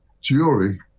jury